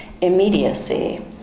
immediacy